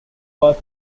bar